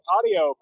Audio